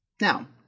Now